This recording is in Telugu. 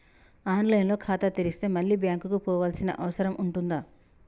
ఆన్ లైన్ లో ఖాతా తెరిస్తే మళ్ళీ బ్యాంకుకు పోవాల్సిన అవసరం ఉంటుందా?